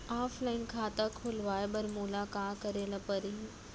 Offline खाता खोलवाय बर मोला का करे ल परही?